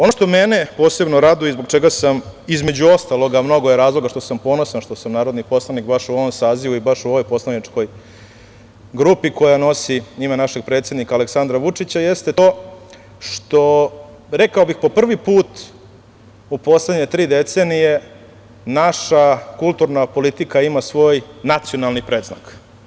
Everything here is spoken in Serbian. Ono što mene posebno raduje i zbog čega sam, između ostalog, a mnogo je razloga što sam ponosan što sam narodni poslanik baš u ovom sazivu i baš u ovoj poslaničkoj grupi koja nosi ime našeg predsednika Aleksandra Vučića, jeste to što, rekao bih po prvi put u poslednje tri decenije, naša kulturna politika ima svoj nacionalni predznak.